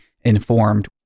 informed